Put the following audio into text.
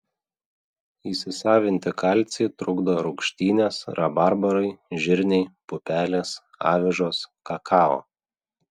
įsisavinti kalcį trukdo rūgštynės rabarbarai žirniai pupelės avižos kakao